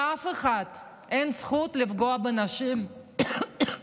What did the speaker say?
לאף אחד אין זכות לפגוע בנשים בכלל,